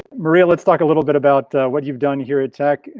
maria, let's talk a little bit about what you've done here at tech,